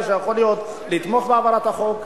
שיכולה להיות היא לתמוך בהעברת החוק,